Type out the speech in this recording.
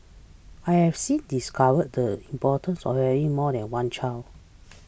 I have since discovered the importance of having more than one child